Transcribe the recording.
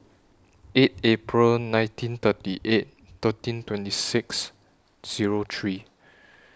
eight April nineteen thirty eight thirteen twenty six Zero three